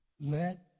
Let